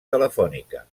telefònica